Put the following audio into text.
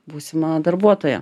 būsimą darbuotoją